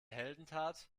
heldentat